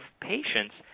patients